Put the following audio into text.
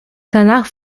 danach